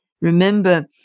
Remember